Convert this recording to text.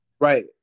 Right